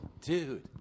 dude